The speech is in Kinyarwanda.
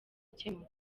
gukemuka